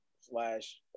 slash